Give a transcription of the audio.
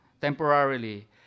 temporarily